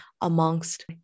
amongst